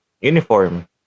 uniform